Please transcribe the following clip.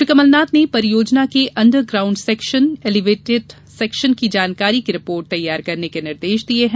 श्री कमलनाथ ने परियोजना के underground section elevated section की जानकारी की रिपोर्ट तैयार करने के निर्देश भी दिये हैं